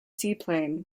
seaplane